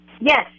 Yes